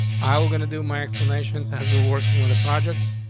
i was going to do my explanations as we were working with the project,